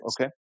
okay